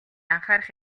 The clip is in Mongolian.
анхаарах